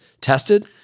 tested